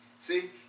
See